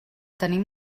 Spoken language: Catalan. tenim